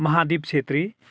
Mahadip Chhetri